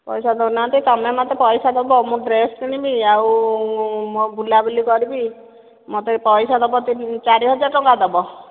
ପଇସା ଦେଉନାହାନ୍ତି ତୁମେ ମୋତେ ପଇସା ଦେବ ମୁଁ ଡ୍ରେସ୍ କିଣିବି ଆଉ ମୁଁ ବୁଲାବୁଲି କରିବି ମୋତେ ପଇସା ଦେବ ତିନି ଚାରି ହଜାର ଟଙ୍କା ଦେବ